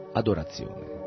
adorazione